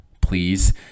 please